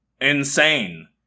Insane